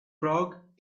frog